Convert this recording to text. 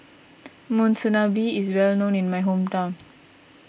Monsunabe is well known in my hometown